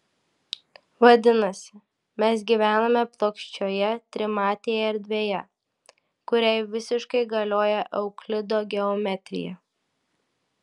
vadinasi mes gyvename plokščioje trimatėje erdvėje kuriai visiškai galioja euklido geometrija